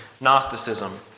Gnosticism